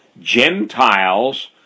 Gentiles